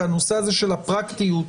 בגלל הנושא של הפרקטיות.